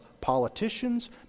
politicians